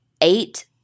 eight